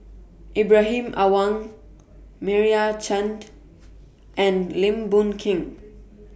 Ibrahim Awang Meira Chand and Lim Boon Keng